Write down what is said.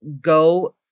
go